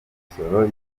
imisoro